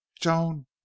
joan